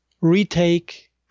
retake